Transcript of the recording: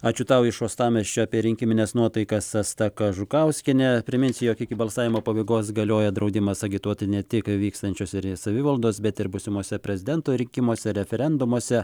ačiū tau iš uostamiesčio apie rinkimines nuotaikas asta kažukauskienė priminsiu jog iki balsavimo pabaigos galioja draudimas agituoti ne tik vykstančiuose savivaldos bet ir būsimuose prezidento rinkimuose referendumuose